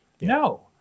No